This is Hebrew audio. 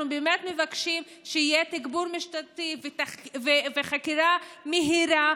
אנחנו באמת מבקשים שיהיה תגבור משטרתי וחקירה מהירה,